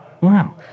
Wow